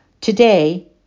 Today